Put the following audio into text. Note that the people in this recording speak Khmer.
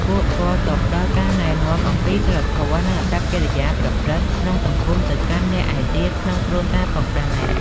ពួកគាត់ក៏ផ្តល់ការណែនាំអំពីសីលធម៌ និងអាកប្បកិរិយាប្រព្រឹត្តក្នុងសង្គមទៅកាន់អ្នកឯទៀតក្នុងគ្រួសារផងដែរ។